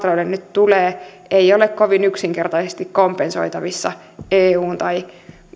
tulee eivät ole kovin yksinkertaisesti kompensoitavissa eun tai